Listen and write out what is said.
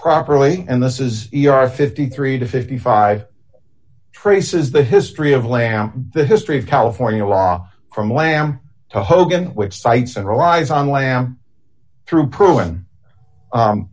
properly and this is e r fifty three to fifty five traces the history of lam the history of california law from lamb to hogan which cites and relies on lamb through proven